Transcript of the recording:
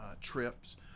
trips